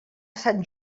sant